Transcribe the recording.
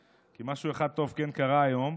כי משהו אחד טוב כן קרה היום.